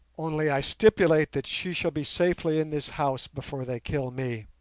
only i stipulate that she shall be safely in this house before they kill me